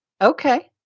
Okay